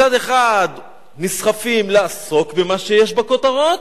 מצד אחד נסחפים לעסוק במה שיש בכותרות,